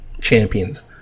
champions